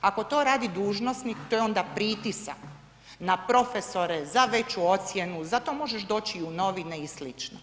Ako to radi dužnosnik, to je onda pritisak na profesore, za veću ocjenu, zato možeš doći i u novine i sl.